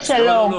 אני אומרת שלא.